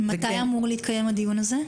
מתי אמור להתקיים הדיון הזה?